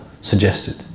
suggested